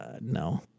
No